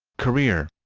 career